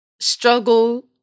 struggle